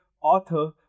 author